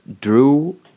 drew